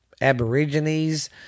Aborigines